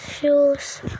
shoes